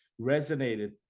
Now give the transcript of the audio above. resonated